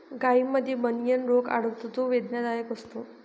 गायींमध्ये बनियन रोग आढळतो जो वेदनादायक असतो